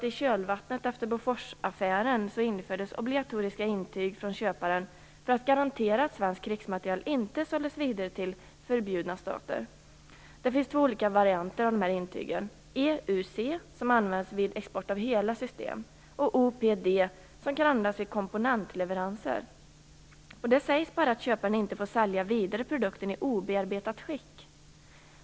I kölvattnet efter Boforsaffären infördes obligatoriska intyg från köparen för att garantera att svensk krigsmateriel inte såldes vidare till förbjudna stater. Det finns två olika varianter av de här intygen, EUC som används vid export av hela system och OPD som kan användas vid komponentleveranser. Det sägs bara att köparen inte får sälja produkten vidare i obearbetat skick.